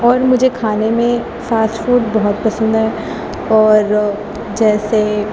اور مجھے کھانے میں فاسٹ فوڈ بہت پسند ہے اور جیسے